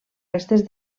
restes